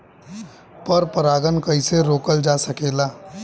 पर परागन कइसे रोकल जा सकेला?